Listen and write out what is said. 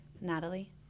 Natalie